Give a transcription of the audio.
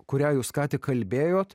kurią jūs ką tik kalbėjot